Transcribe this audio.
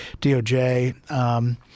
DOJ